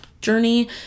journey